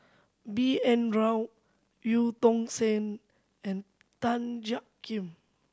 B N Rao Eu Tong Sen and Tan Jiak Kim